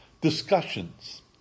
discussions